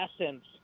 essence